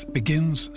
begins